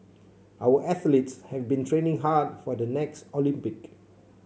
our athletes have been training hard for the next Olympic